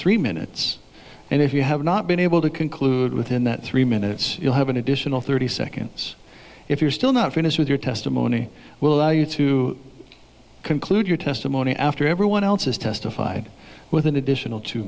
three minutes and if you have not been able to conclude within that three minutes you'll have an additional thirty seconds if you're still not finished with your testimony will allow you to conclude your testimony after everyone else has testified with an additional two